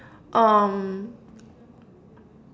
um